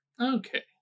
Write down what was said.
Okay